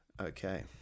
Okay